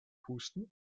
pusten